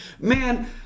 man